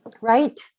Right